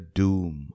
doom